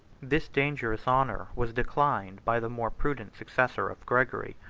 this dangerous honor was declined by the more prudent successor of gregory,